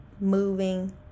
moving